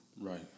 Right